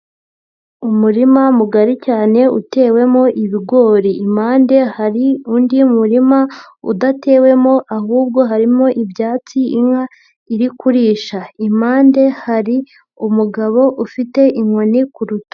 Umurima mugari cyane utewemo ibigori, impande hari undi murima udatewemo ahubwo harimo ibyatsi inka iri kurisha, impande hari umugabo ufite inkoni ku rutugu.